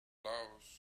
laos